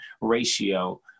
ratio